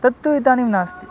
तत्तु इदानीं नास्ति